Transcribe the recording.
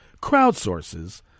crowdsources